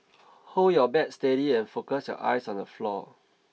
hold your bat steady and focus your eyes on the floor